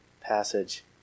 passage